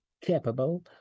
capable